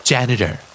Janitor